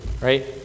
Right